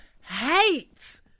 hate